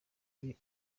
ari